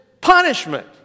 punishment